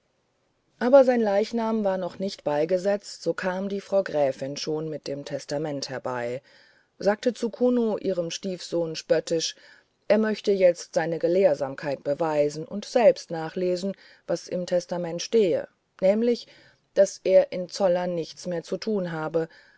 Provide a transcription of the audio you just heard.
aber sein leichnam war noch nicht beigesetzt so kam die frau gräfin schon mit dem testament herbei sagte zu kuno ihrem stiefsohn spöttisch er möchte jetzt seine gelehrsamkeit beweisen und selbst nachlesen was im testament stehe nämlich daß er in zollern nichts mehr zu tun habe